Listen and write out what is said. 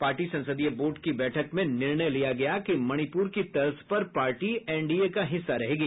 party संसदीय बोर्ड की बैठक में निर्णय लिया गया कि मणिपुर की तर्ज पर पार्टी एनडीए का हिस्सा रहेगी